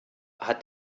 hat